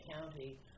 County